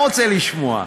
ממה פוחדים?